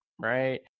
Right